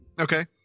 Okay